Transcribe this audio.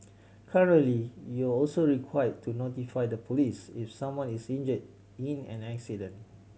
currently you're also required to notify the police if someone is injured in an accident